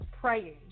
praying